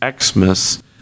Xmas